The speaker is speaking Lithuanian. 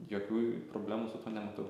jokių problemų su tuo nematau